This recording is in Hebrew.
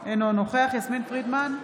אינו נוכח יסמין פרידמן,